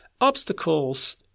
obstacles